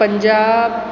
Punjab